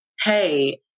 hey